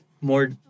More